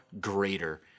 greater